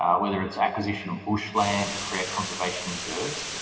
ah whether it's acquisition of bushland to create conservation reserves,